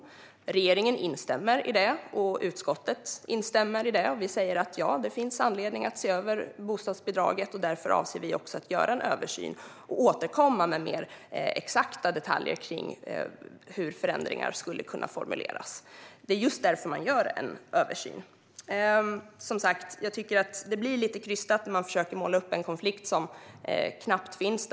Regeringen instämmer i det. Utskottet instämmer också. Därför avser vi att göra en översyn och återkomma med mer exakta detaljer om hur förändringar skulle kunna formuleras. Det är just därför man gör en översyn. Det blir som sagt lite krystat när Sverigedemokraterna försöker måla upp en konflikt som knappt finns.